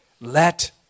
let